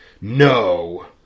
No